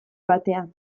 batean